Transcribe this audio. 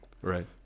Right